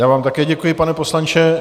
Já vám také děkuji, pane poslanče.